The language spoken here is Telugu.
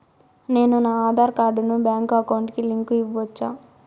నేను నా ఆధార్ కార్డును బ్యాంకు అకౌంట్ కి లింకు ఇవ్వొచ్చా?